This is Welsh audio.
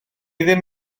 ddim